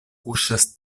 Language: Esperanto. kuŝas